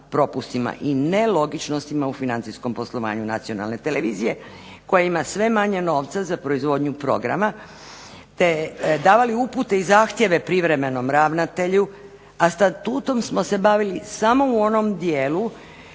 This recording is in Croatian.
i nelogičnostima u financijskom poslovanju nacionalne televizije koja ima sve manje novca za proizvodnju programa te davali upute i zahtjeve privremenom ravnatelju a statutom smo se bavili samo u onom dijelu